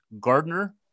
gardner